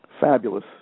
fabulous